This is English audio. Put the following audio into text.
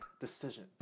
decision